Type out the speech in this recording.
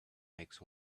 make